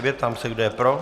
Ptám se, kdo je pro.